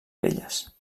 velles